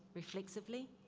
reflexively.